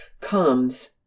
comes